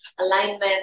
alignment